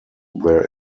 their